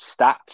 stats